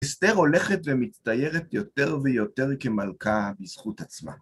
אסתר הולכת ומצטיירת יותר ויותר כמלכה בזכות עצמה.